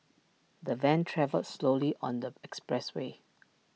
the van travelled slowly on the expressway